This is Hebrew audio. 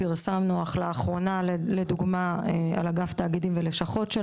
לאחרונה לדוגמה על אגף תאגידים ולשכות שהוא